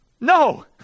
No